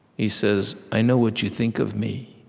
he says, i know what you think of me.